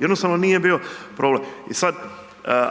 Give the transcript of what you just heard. jednostavno nije bio problem. I sad